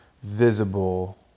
visible